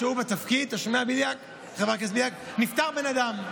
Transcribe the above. אחרי יום-יומיים ברשות המקומית נפטר בן אדם,